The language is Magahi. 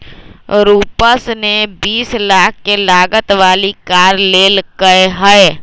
रूपश ने बीस लाख के लागत वाली कार लेल कय है